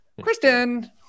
Kristen